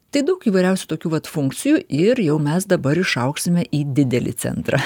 tai daug įvairiausių tokių vat funkcijų ir jau mes dabar išaugsime į didelį centrą